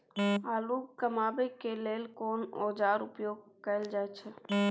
आलू कमाबै के लेल कोन औाजार उपयोग कैल जाय छै?